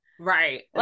right